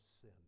sin